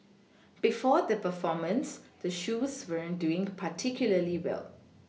before the performance the shoes weren't doing particularly well